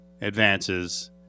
advances